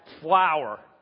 flour